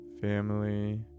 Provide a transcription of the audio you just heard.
family